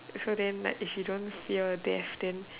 so then if you don't fear death then